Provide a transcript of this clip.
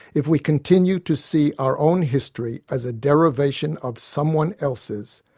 if we continue to see our own history as a derivation of someone else's,